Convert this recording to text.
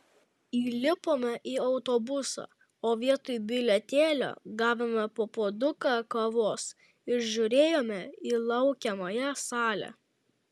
įlipome į autobusą o vietoj bilietėlio gavome po puoduką kavos ir žiūrėjome į laukiamąją salę